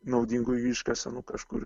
naudingųjų iškasenų kažkur